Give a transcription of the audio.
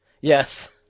Yes